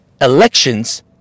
elections